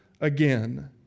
again